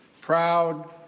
proud